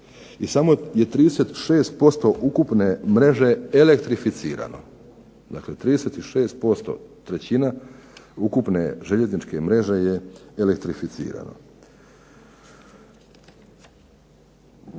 I samo je 36% ukupne mreže elektrificirano, dakle trećina ukupne željezničke mreže je elektrificirano.